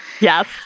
Yes